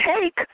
take